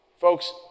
Folks